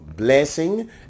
Blessing